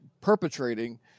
perpetrating